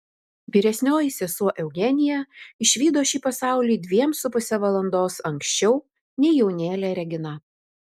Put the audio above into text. vyresnioji sesuo eugenija išvydo šį pasaulį dviem su puse valandos anksčiau nei jaunėlė regina